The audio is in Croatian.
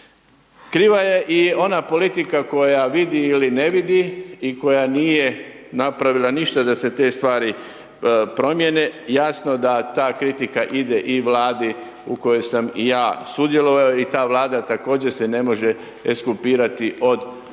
Kriva je i ona politika koja vidi ili ne vidi i koja nije napravila ništa da se te stvari promijene, jasno da ta kritika ide i Vladi u kojoj sam i ja sudjelovao i ta Vlada se također ne može ekskulpirati od problema